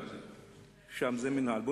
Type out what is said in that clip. שם זה מינהל,